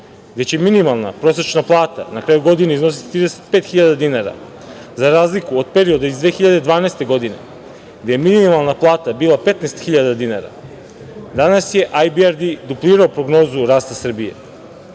gde će minimalna prosečna plata na kraju godine iznositi 35.000 dinara, za razliku od perioda iz 2012. godine, gde je minimalna plata bila 15.000 dinara. Danas je IBRD duplirao prognozu rasta Srbije.